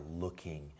looking